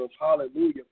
Hallelujah